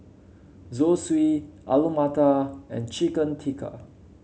Zosui Alu Matar and Chicken Tikka